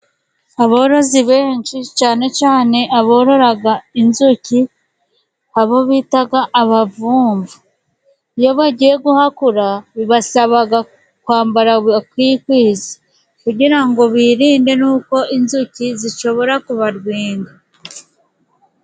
Aborozi benshi cane cane abororaga inzuki, abo bitaga abavumvu. Iyo bagiye guhakura bibasabaga kwambara bakikwiza kugira ngo birinde nuko inzuki zishobora kubadwinga.